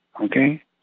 okay